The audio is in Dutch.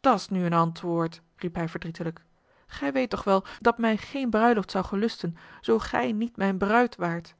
dat s nu een antwoord riep hij verdrietelijk gij weet toch wel dat mij geene bruiloft zou gelusten zoo gij niet mijne bruid waart